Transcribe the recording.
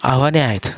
आव्हाने आहेत